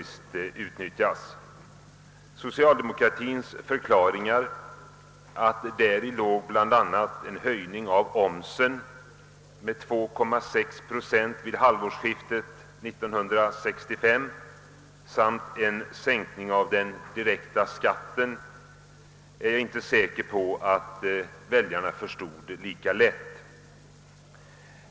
Socialdemokraternas förklaringar att däri låg bl.a. en höjning av omsättningsskatten med 2,6 Z vid halvårsskiftet 1965 — men också en minskning av den direkta skatten — är jag inte säker på att väljarna förstod lika lätt.